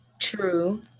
True